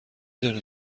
دانید